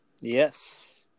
Yes